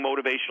motivational